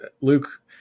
Luke